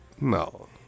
No